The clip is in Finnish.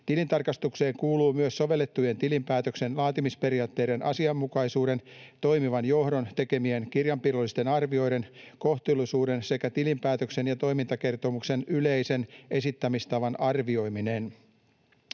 Tilintarkastukseen kuuluu myös sovellettujen tilinpäätöksen laatimisperiaatteiden asianmukaisuuden, toimivan johdon tekemien kirjanpidollisten arvioiden kohtuullisuuden sekä tilinpäätöksen ja toimintakertomuksen yleisen esittämistavan arvioiminen.